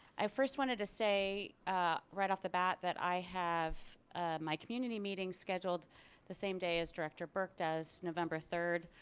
i first wanted to say right off the bat that i have my community meeting scheduled the same day as director burke does. november third.